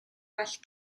well